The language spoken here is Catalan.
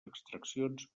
extraccions